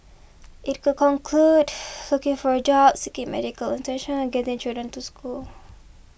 it could conclude looking for a job seeking medical attention or getting children to school